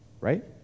right